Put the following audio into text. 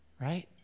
Right